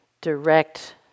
direct